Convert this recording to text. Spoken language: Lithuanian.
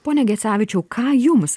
pone gecevičiau ką jums